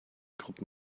gruppen